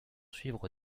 suivre